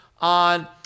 on